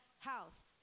house